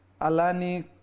Alani